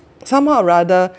somehow or rather